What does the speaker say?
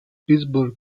pittsburgh